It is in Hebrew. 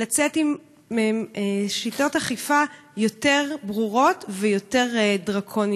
לצאת עם שיטות אכיפה יותר ברורות ויותר דרקוניות,